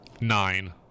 Nine